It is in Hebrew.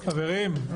חברים.